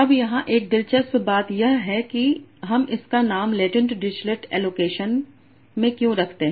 अब यहाँ 1 दिलचस्प बात यह है कि हम इसका नाम लेटेंट डिरिच्लेट एलोकेशन में क्यों रखते हैं